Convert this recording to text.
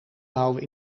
bouwen